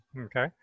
Okay